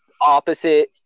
opposite